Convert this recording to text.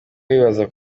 wibaza